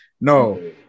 No